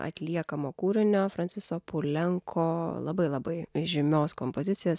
atliekamo kūrinio franciso pulenko labai labai žymios kompozicijos